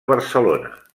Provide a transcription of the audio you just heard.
barcelona